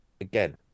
Again